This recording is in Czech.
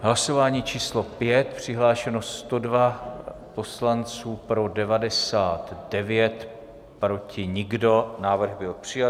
Hlasování číslo 5, přihlášeno 102 poslanců, pro 99, proti nikdo, návrh byl přijat.